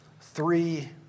three